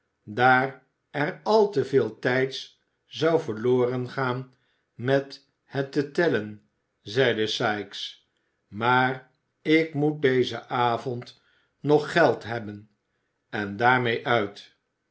daar er al te veel tijds zou verloren gaan met het te tellen zeide sikes maar ik moet dezen avond nog geld hebben en daarmee uit